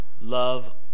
love